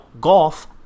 golf